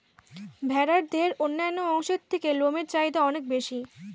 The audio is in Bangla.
ভেড়ার দেহের অন্যান্য অংশের থেকে লোমের চাহিদা অনেক বেশি